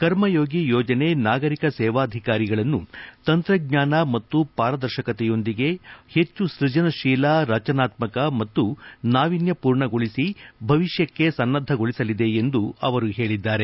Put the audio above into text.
ಕರ್ಮಯೋಗಿ ಯೋಜನೆ ನಾಗರಿಕ ಸೇವಾಧಿಕಾರಿಗಳನ್ನು ತಂತ್ರಜ್ಞಾನ ಮತ್ತು ಪಾರದರ್ಶಕತೆಯೊಂದಿಗೆ ಹೆಚ್ಚು ಸೃಜನಶೀಲ ರಚನಾತ್ಮಕ ಮತ್ತು ನಾವಿನ್ಯಪೂರ್ಣಗೊಳಿಸಿ ಭವಿಷ್ಯಕ್ಕೆ ಸನ್ನದ್ದಗೊಳಿಸಲಿದೆ ಎಂದು ಅವರು ಹೇಳಿದ್ದಾರೆ